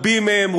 רבים מהם,